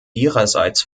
ihrerseits